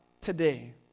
today